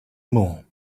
more